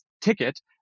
ticket